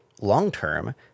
long-term